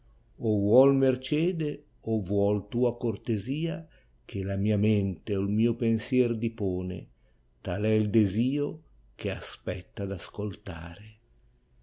o vuol mercede o vuol tua cortesia che la mia mente o il mio pensier dipone tal è il desio che aspetta d ascoltare